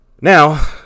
Now